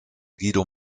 guido